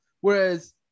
whereas